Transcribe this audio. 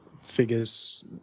figures